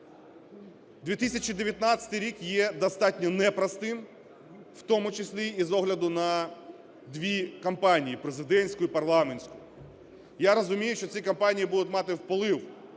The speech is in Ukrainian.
2019 рік є достатньо непростим, в тому числі із огляду на дві кампанія: президентську і парламентську. Я розумію, що ці кампанії будуть мати вплив